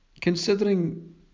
Considering